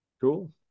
Cool